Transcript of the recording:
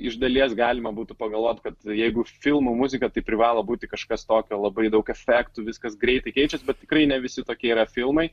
iš dalies galima būtų pagalvoti kad jeigu filmų muzika tai privalo būti kažkas tokio labai daug efektų viskas greitai keičias bet tikrai ne visi tokie yra filmai